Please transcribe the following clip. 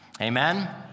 Amen